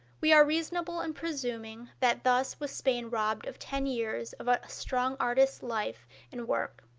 we are reasonable in presuming that thus was spain robbed of ten years of a strong artist's life and work.